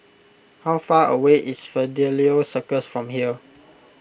how far away is Fidelio Circus from here